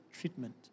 treatment